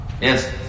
Yes